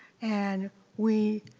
and we,